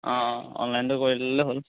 অঁ অঁ অনলাইনটো কৰি দিলে হ'ল